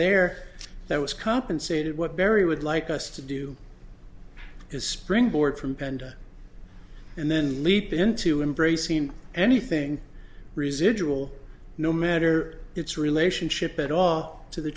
there that was compensated what barry would like us to do is springboard from penda and then leap into embracing anything residual no matter its relationship at all to the